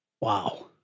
Wow